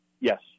Yes